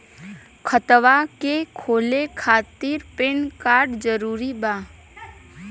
खतवा के खोले खातिर पेन कार्ड जरूरी बा?